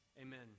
Amen